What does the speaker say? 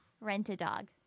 Rent-A-Dog